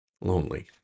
lonely